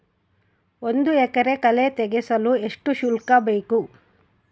ಒಂದು ಎಕರೆ ಕಳೆ ತೆಗೆಸಲು ಎಷ್ಟು ಶುಲ್ಕ ಬೇಕು?